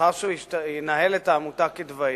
לאחר שהוא ינהל את העמותה כדבעי,